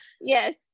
Yes